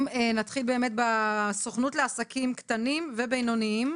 לנציג הסוכנות לעסקים קטנים ובינוניים,